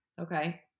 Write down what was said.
Okay